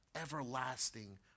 everlasting